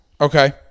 Okay